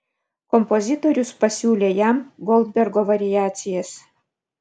kompozitorius pasiūlė jam goldbergo variacijas